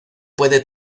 pueden